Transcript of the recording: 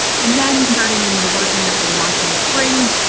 and then starting in the version that will launch in the spring,